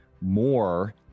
more